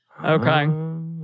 Okay